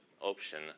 option